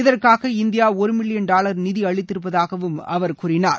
இதற்காக இந்தியா ஒரு million dollar நிதியளித்திருப்பதாக அவர் கூறினார்